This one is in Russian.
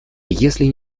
если